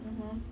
mmhmm